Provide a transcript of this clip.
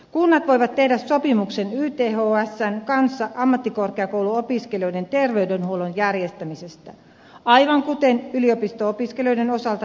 kunnat voivat tehdä sopimuksen ythsn kanssa ammattikorkeakouluopiskelijoiden terveydenhuollon järjestämisestä aivan kuten yliopisto opiskelijoiden osalta tehdään